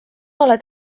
oled